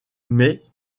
mais